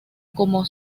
como